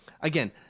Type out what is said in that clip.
Again